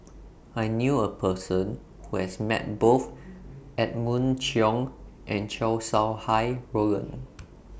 I knew A Person Who has Met Both Edmund Cheng and Chow Sau Hai Roland